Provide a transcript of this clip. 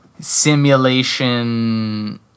simulation